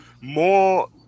more